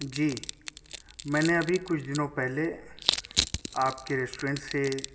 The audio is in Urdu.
جی میں نے ابھی کچھ دنوں پہلے آپ کے ریسٹورینٹ سے